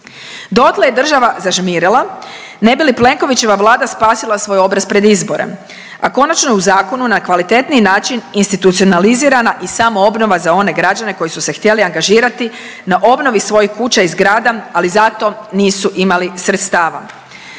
Dotle je država zažmirila ne bi li Plenkovićeva Vlada spasila svoj obraz pred izbore, a konačno u zakonu na kvalitetniji način institucionalizirana i samoobnova za one građane koji su se htjeli angažirati na obnovi svojih kuća i zgrada, ali za to nisu imali sredstava.